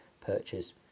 purchase